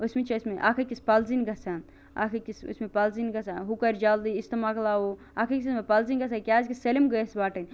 ٲسمتۍ چھِ ٲسمتۍ اکھ أکِس پَلزنہ گَژھان اکھ أکِس چھِ ٲسمتۍ پَلزٕن گَژھان ہہُ کَرٕ جلدی أسۍ تہٕ موٚقلاوو اکھ أکِس ٲسمتۍ پَلزٕنہ گَژھان کیازکہِ سٲلِم گٔژھ وَٹٕنۍ